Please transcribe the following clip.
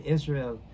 Israel